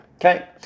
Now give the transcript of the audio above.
Okay